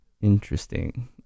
Interesting